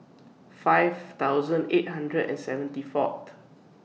five thousand eight hundred and seventy four